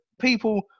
people